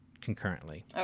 concurrently